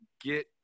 get